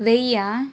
వెయ్యి